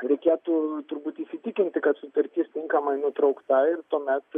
reikėtų turbūt įsitikinti kad sutartis tinkamai nutraukta ir tuomet